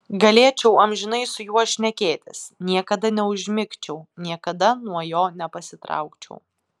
galėčiau amžinai su juo šnekėtis niekada neužmigčiau niekada nuo jo nepasitraukčiau